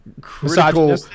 critical